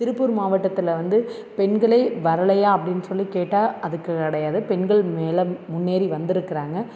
திருப்பூர் மாவட்டத்தில் வந்து பெண்களே வரலையா அப்படின்னு சொல்லி கேட்டால் அதுக்கு கிடையாது பெண்கள் மேலே முன்னேறி வந்திருக்குறாங்க